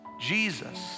Jesus